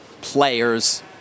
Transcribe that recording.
players